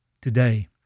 today